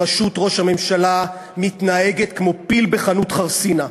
בראשות ראש הממשלה, מתנהגת כמו פיל בחנות חרסינה.